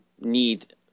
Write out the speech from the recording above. need –